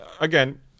again